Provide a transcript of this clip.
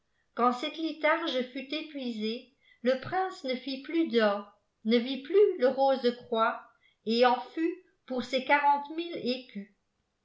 quand cette litharge fut épuisée le prince ne fit plus d'or ne vit plus le rose-croix et en lut pour ses